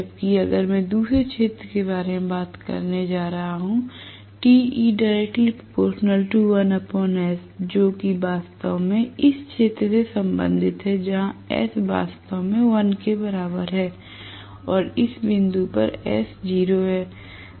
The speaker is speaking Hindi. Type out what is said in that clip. जबकि अगर मैं दूसरे क्षेत्र के बारे में बात करने जा रहा हूं जो कि वास्तव में इस क्षेत्र से संबंधित है जहां s वास्तव में 1 के बराबर है और इस बिंदु पर s 0 है